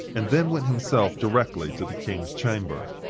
and then went himself directly to the king's chamber.